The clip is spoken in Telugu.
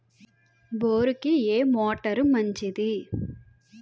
బోరుకి ఏ మోటారు మంచిది?